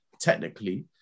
technically